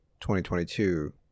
2022